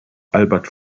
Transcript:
albert